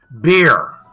Beer